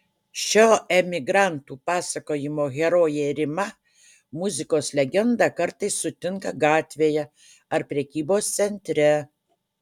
šio emigrantų pasakojimo herojė rima muzikos legendą kartais sutinka gatvėje ar prekybos centre